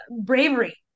bravery